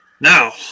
Now